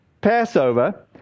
Passover